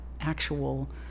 actual